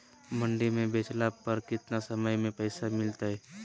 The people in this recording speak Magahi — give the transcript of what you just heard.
मंडी में बेचला पर कितना समय में पैसा मिलतैय?